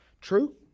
True